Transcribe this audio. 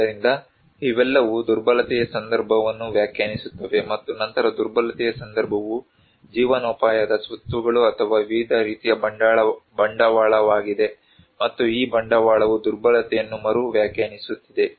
ಆದ್ದರಿಂದ ಇವೆಲ್ಲವೂ ದುರ್ಬಲತೆಯ ಸಂದರ್ಭವನ್ನು ವ್ಯಾಖ್ಯಾನಿಸುತ್ತವೆ ಮತ್ತು ನಂತರ ದುರ್ಬಲತೆಯ ಸಂದರ್ಭವು ಜೀವನೋಪಾಯದ ಸ್ವತ್ತುಗಳು ಅಥವಾ ವಿವಿಧ ರೀತಿಯ ಬಂಡವಾಳವಾಗಿದೆ ಮತ್ತು ಈ ಬಂಡವಾಳವು ದುರ್ಬಲತೆಯನ್ನು ಮರು ವ್ಯಾಖ್ಯಾನಿಸುತ್ತಿದೆ